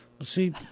See